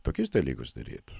tokius dalykus daryt